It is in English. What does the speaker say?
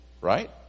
Right